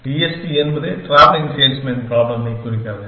DSP என்பது travelling salesman problem ஐக் குறிக்கிறது